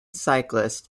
cyclist